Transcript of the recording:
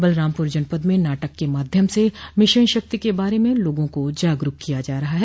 बलरामपुर जनपद में नाटक के माध्यम से मिशन शक्ति के बारे में लोगों को जागरूक किया जा रहा है